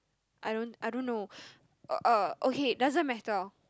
I don't I don't know uh uh okay doesn't matter